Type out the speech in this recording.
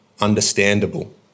understandable